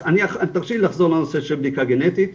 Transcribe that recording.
תרשי לי לחזור לנושא של בדיקה גנטית,